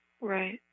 Right